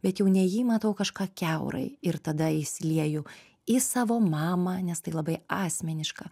bet jau ne jį matau kažką kiaurai ir tada įsilieju į savo mamą nes tai labai asmeniška